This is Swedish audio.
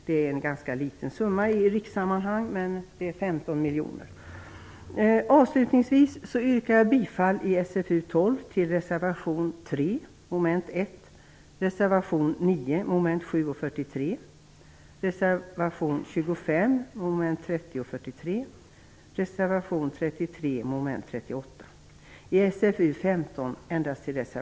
Det är en ganska liten summa i rikssammanhang, men det är ändå 15 miljoner.